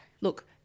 Look